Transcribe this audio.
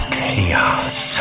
chaos